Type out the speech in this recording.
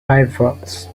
firefox